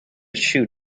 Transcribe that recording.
shoot